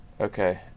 Okay